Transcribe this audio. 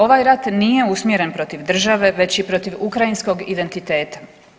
Ovaj rat nije usmjeren protiv države, već i protiv ukrajinskog identiteta.